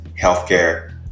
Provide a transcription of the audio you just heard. healthcare